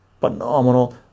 phenomenal